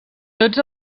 tots